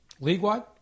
League-wide